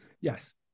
Yes